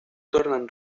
tornen